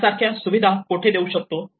यासारखी सुविधा कुठे देऊ शकतो